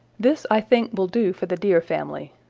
this, i think, will do for the deer family.